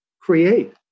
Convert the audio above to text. create